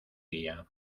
guía